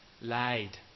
lied